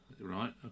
right